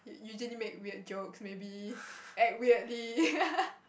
u~ usually make weird jokes maybe act weirdly